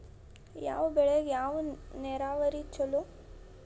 ಯಾವ ಬೆಳಿಗೆ ಯಾವ ನೇರಾವರಿ ಛಲೋ?